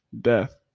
Death